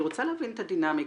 אני רוצה להבין את הדינמיקה.